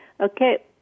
Okay